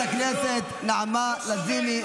חברת הכנסת נעמה לזימי,